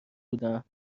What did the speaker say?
بودم